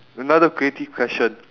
another creative question